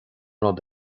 rud